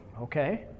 okay